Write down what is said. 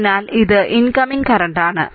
അതിനാൽ ഇത് ഇൻകമിംഗ് കറന്റാണ്